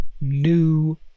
new